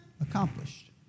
accomplished